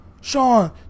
Sean